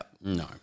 No